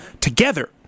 Together